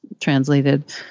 translated